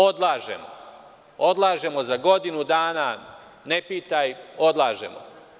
Odlažemo za godinu dana, ne pitaj, odlažemo.